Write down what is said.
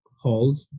Hold